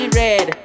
red